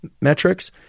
metrics